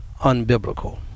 unbiblical